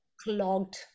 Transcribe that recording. clogged